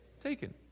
taken